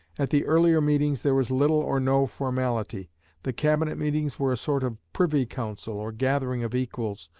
at the earlier meetings there was little or no formality the cabinet meetings were a sort of privy council or gathering of equals,